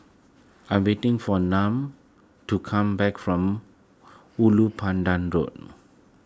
I am waiting for to come back from Ulu Pandan Road